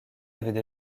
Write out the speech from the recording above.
avaient